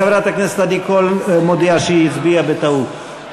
חברת הכנסת עדי קול מודיעה שהיא הצביעה בטעות.